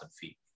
feet